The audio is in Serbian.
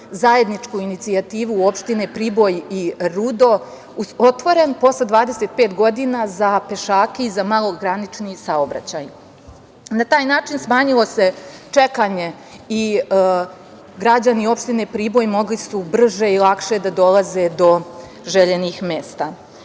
zajedničku inicijativu opštine Priboj i Rudo otvoren posle 25 godina za pešake i za granični saobraćaj. Na taj način smanjilo se čekanje i građani opštine Priboj mogli su brže i lakše da dolaze do željenih